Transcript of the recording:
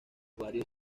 varios